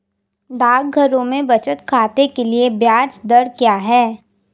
डाकघरों में बचत खाते के लिए ब्याज दर क्या है?